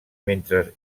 mentre